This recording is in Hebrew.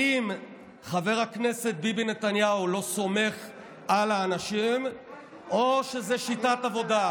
האם חבר הכנסת ביבי נתניהו לא סומך על האנשים או שזו שיטת עבודה?